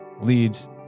leads